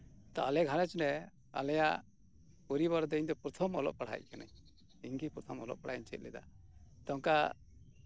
ᱟᱞᱮᱭᱟᱜ ᱜᱷᱟᱨᱚᱸᱧᱡᱽ ᱨᱮ ᱟᱞᱮᱭᱟ ᱯᱚᱨᱤᱵᱟᱨᱨᱮ ᱤᱧ ᱫᱚ ᱯᱨᱚᱛᱷᱚᱢ ᱚᱞᱚᱜ ᱯᱟᱲᱦᱟᱜ ᱠᱟᱱᱟᱹᱧ ᱤᱧᱜᱮ ᱯᱨᱚᱛᱷᱚᱢ ᱚᱞᱚᱜ ᱯᱟᱲᱦᱟᱜ ᱤᱧ ᱪᱮᱫ ᱞᱮᱫᱟ ᱚᱱᱠᱟ